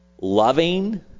loving